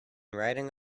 riding